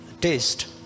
taste